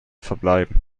verbleiben